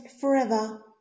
forever